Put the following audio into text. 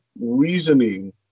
reasoning